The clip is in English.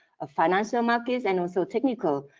financial markets, and also technical